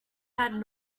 had